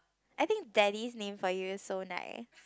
I think daddy's name for you so nice